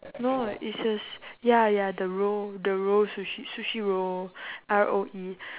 no is a s~ ya ya the roe the roe sushi sushi roe R O E